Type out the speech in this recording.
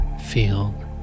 field